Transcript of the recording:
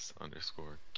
underscore